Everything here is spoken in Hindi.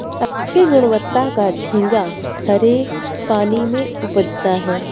अच्छे गुणवत्ता का झींगा खरे पानी में उपजता है